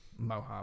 Mohab